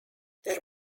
there